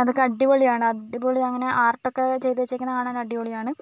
അതൊക്കെ അടിപൊളിയാണ് അടിപൊളിയങ്ങനെ ആർട്ടൊക്കേ ചെയ്തുവെച്ചേക്കുന്നത് കാണാൻ അടിപൊളിയാണ്